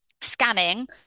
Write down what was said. scanning